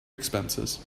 expenses